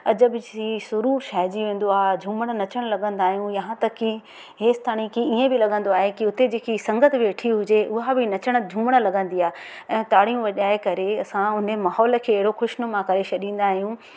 अजबु सी सुरूर छाइजी वेंदो आहे झूमण नचण लगंदा आहियूं यहां तक की हेसि ताणी ईंअ बि लगंदो आए की हुते जेकी संगत वेठी हुजे उहा बि नचण झूमण लगंदी आहे ऐं ताड़ियूं वॼाए करे असां उन्हीअ महौलु खे अहिड़ो ख़ुशनुमा करे छॾींदा आहियूं